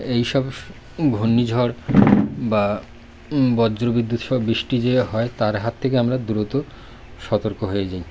এই সব ঘূর্ণিঝড় বা বজ্র বিদ্যুৎসহ বৃষ্টি যে হয় তার হাত থেকে আমরা দ্রুত সতর্ক হয়ে যাই